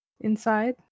inside